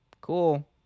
Cool